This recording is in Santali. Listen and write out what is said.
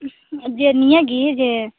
ᱩᱸᱦᱩᱸ ᱱᱤᱭᱟ ᱜᱮ ᱡᱮ